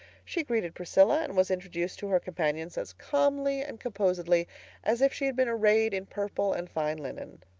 she greeted priscilla and was introduced to her companions as calmly and composedly as if she had been arrayed in purple and fine linen.